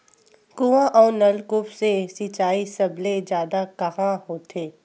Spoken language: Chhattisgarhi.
कुआं अउ नलकूप से सिंचाई सबले जादा कहां होथे?